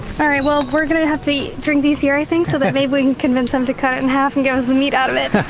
well we're gonna have to drink these here i think so that maybe we can convince them to cut it in half and give us the meat out of it.